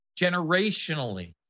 generationally